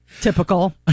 Typical